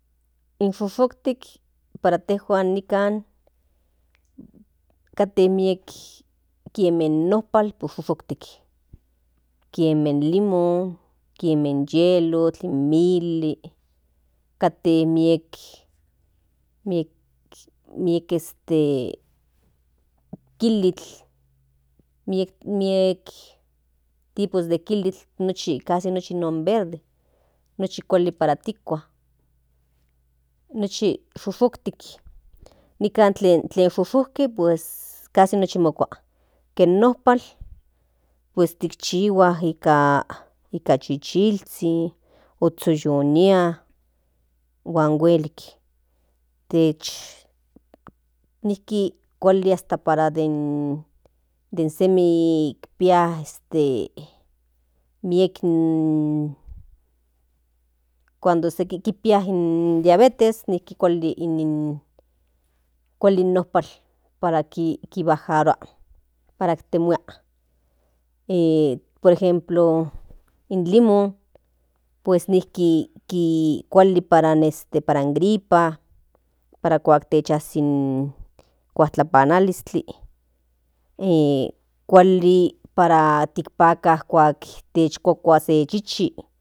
In shushuktik para intejuan kate miek como in nompal de shushuktik kiemen limon kieme in yelotl in mili kate miek kilitl miek miek tipos de kilitl non kasi nochi non verde nochi kuali para tikua nochi shushuktik niksn tlen shushuktin tlen pues kasi nochi mokua ken nompal pues tikchihua nika chichilzhi otsoyonia huan huelik tech nijki kuali hasta para semiikpia miek cuando se kpia in diabetes kuali in nompal para kibajarua para ijtemua por ejemplo in limon nijki kuali para in diabetes para in gripa kuatlapanalizkli kuali para tikpaka para tikuakua se chichi.